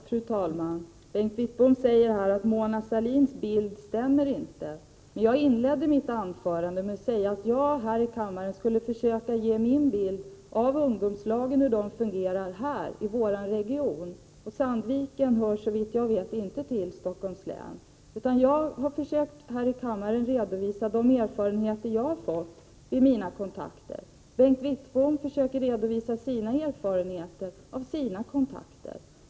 Fru talman! Bengt Wittbom säger att Mona Sahlins bild inte stämmer. Jag inledde mitt anförande med att säga att jag här i kammaren skulle försöka ge min bild av hur ungdomslagen fungerar i vår region, och Sandviken hör, såvitt jag vet, inte till Stockholms län. Jag har här i kammaren försökt redovisa de erfarenheter jag har fått vid mina kontakter. Bengt Wittbom försöker redovisa erfarenheterna av sina kontakter.